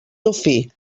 dofí